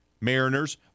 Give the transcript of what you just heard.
Mariners